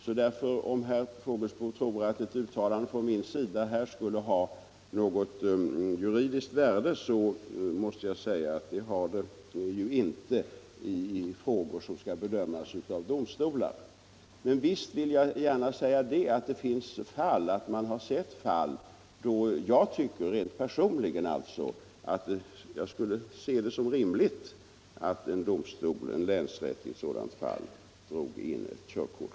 Om herr Fågelsbo tror att ett uttalande från min sida skulle ha något juridiskt värde i frågor som skall bedömas av domstolar så misstar han sig alltså. Men visst vill jag gärna säga att det har förekommit fall där jag rent personligen tycker att det vore rimligt att länsrätten drar in ett körkort.